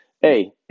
hey